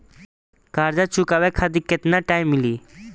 कर्जा चुकावे खातिर केतना टाइम मिली?